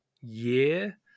year